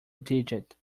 digit